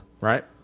right